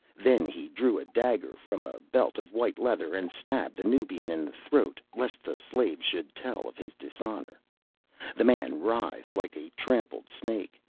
then he drew a dagger from a belt of white leather, and stabbed the nubian in the throat lest the slave should tell of his dishonour the man writhed like a trampled snake,